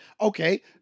Okay